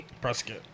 Prescott